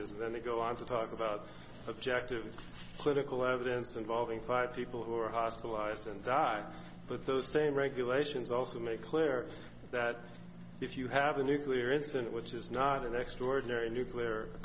damages then they go on to talk about objective political evidence involving five people who are hospitalized and die but those same regulations also make clear that if you have a nuclear incident which is not an extraordinary nuclear